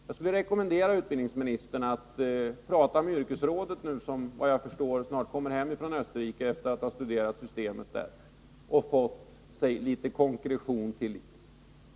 Jag vill rekommendera utbildningsministern att prata med yrkesrådet som, efter vad jag förstår, snart kommer hem från Österrike efter att ha studerat systemet där och fått sig konkretion till livs.